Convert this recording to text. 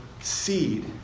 seed